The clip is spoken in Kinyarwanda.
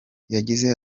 yagize